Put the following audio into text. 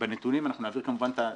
בנתונים, נעביר כמובן את הנתונים.